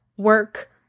work